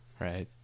right